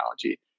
technology